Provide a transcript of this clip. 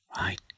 Right